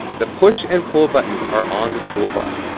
the push and pull buttons are on the toolbar.